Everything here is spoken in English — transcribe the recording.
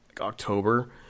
October